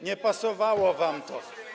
Nie pasowało wam to.